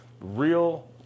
real